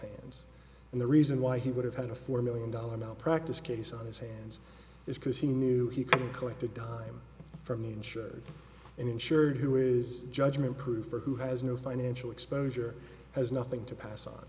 hands and the reason why he would have had a four million dollars malpractise case on his hands is because he knew he couldn't collect a dime from the insured and insured who is judgment proof or who has no financial exposure has nothing to pass on